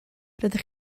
rydych